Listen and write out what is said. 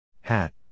Hat